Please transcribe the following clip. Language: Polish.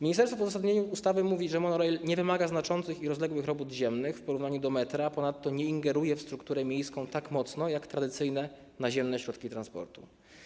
Ministerstwo w uzasadnieniu ustawy pisze, że monorail nie wymaga znaczących i rozległych robót ziemnych, w porównaniu z metrem, a ponadto nie ingeruje w strukturę miejską tak mocno jak tradycyjne, naziemne środki transportu.